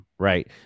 Right